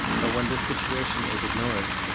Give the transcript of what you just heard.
but when this situation is ignored,